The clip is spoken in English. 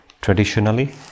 traditionally